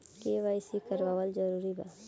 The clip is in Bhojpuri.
के.वाइ.सी करवावल जरूरी बा?